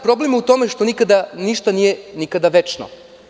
Problem je u tome što ništa nije večno.